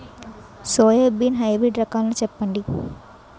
Soybean hybrid రకాలను చెప్పండి?